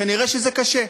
כנראה זה קשה,